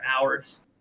hours